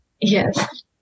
Yes